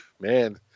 Man